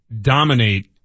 dominate